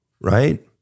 right